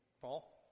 Paul